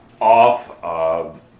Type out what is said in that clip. off